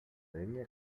debía